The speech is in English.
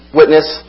witness